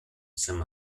some